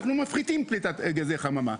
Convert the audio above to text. אנחנו מפחיתים פליטת גזי חממה,